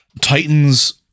Titans